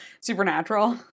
Supernatural